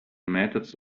methods